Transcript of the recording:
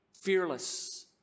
fearless